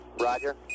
Roger